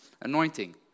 Anointing